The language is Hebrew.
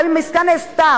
גם אם העסקה נעשתה,